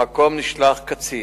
למקום נשלחו קצין,